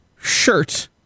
shirt